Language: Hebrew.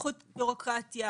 פיחות בירוקרטיה